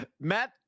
Matt